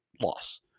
loss